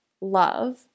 love